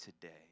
today